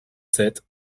sept